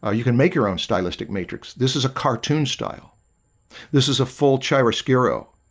ah you can make your own stylistic matrix. this is a cartoon style this is a full charge so arrow.